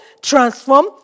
transform